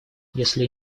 если